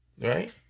Right